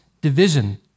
division